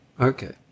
Okay